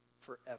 forever